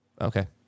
Okay